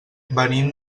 venim